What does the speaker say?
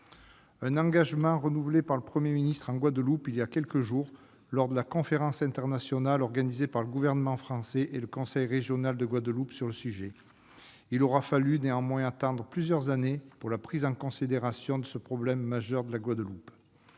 Cet engagement a été renouvelé par le Premier ministre en Guadeloupe, il y a quelques jours, lors de la conférence internationale organisée par le Gouvernement français et le conseil régional de Guadeloupe sur le sujet. Il aura fallu néanmoins attendre plusieurs années pour que ce problème majeur pour la Guadeloupe